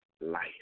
life